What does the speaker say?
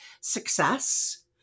Success